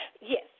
Yes